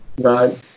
right